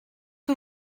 que